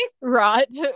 Right